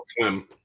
swim